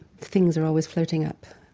things are always floating up.